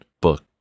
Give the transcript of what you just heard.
book